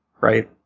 right